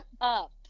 up